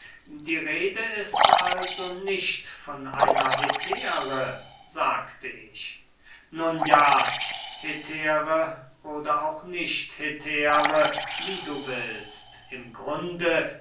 die rede ist also nicht von einer hetäre sagte ich nun ja hetäre oder auch nicht hetäre wie du willst im grunde